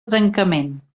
trencament